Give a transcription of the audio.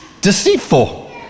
deceitful